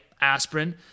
aspirin